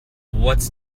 what’s